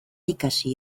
ikasi